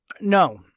No